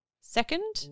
second